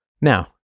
Now